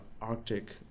Arctic